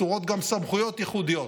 מסורות גם סמכויות ייחודיות.